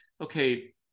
okay